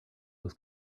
was